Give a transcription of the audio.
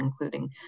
including